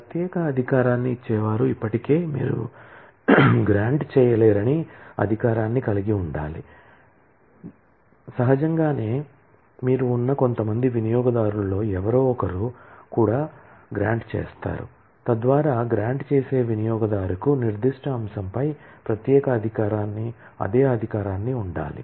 ప్రత్యేక అధికారాన్ని ఇచ్చేవారు ఇప్పటికే మీరు గ్రాంట్ చేసే వినియోగదారుకు నిర్దిష్ట అంశంపై ప్రత్యేక అధికారాన్ని అదే అధికారాన్ని ఉండాలి